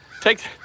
take